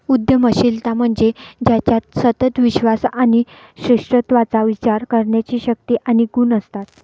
उद्यमशीलता म्हणजे ज्याच्यात सतत विश्वास आणि श्रेष्ठत्वाचा विचार करण्याची शक्ती आणि गुण असतात